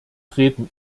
treten